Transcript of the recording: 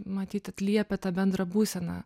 matyt atliepia tą bendrą būseną